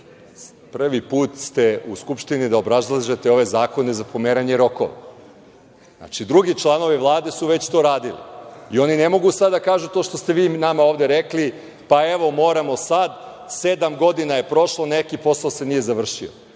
prvi put ste u Skupštini da obrazlažete ove zakone za pomeranje rokova. Znači, drugi članovi Vlade su to već radili i oni ne mogu sada da kažu to što ste vi nama rekli – evo, moramo sada, sedam godina je prošlo, neki posao se nije završio.